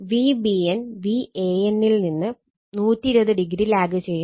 Vbn Van ൽ നിന്ന് 120o lag ചെയ്യുന്നു